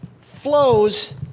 flows